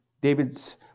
David's